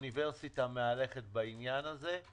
על האוניברסיטה המאלפת בעניין הזה,